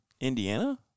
Indiana